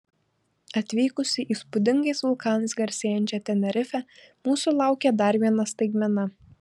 atvykus į įspūdingais vulkanais garsėjančią tenerifę mūsų laukė dar viena staigmena